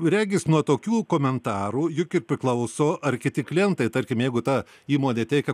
regis nuo tokių komentarų juk ir priklauso ar kiti klientai tarkim jeigu ta įmonė teikia